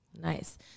Nice